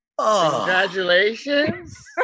Congratulations